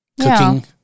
cooking